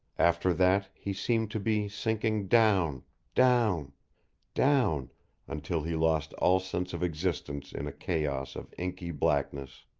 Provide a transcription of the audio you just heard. after that he seemed to be sinking down down down until he lost all sense of existence in a chaos of inky blackness.